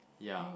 yeah